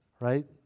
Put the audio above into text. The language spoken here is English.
right